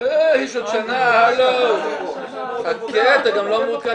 --- יש עוד שנה, חכה, אתה גם לא מעודכן.